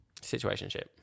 situationship